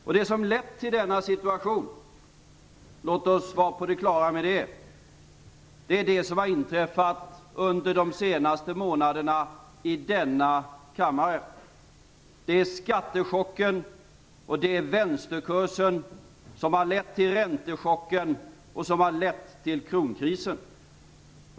Låt oss vara på det klara med att det som lett till denna situation är det som har inträffat under de senaste månaderna i denna kammare. Det är skattechocken och det är vänsterkursen som har lett till räntechocken och kronkrisen.